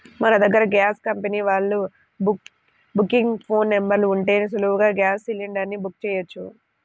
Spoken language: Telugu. మన దగ్గర గ్యాస్ కంపెనీ వాళ్ళ బుకింగ్ ఫోన్ నెంబర్ ఉంటే సులువుగా గ్యాస్ సిలిండర్ ని బుక్ చెయ్యొచ్చు